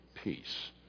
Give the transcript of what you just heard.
peace